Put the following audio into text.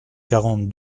quarante